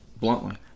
bluntly